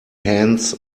hands